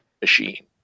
machine